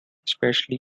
especially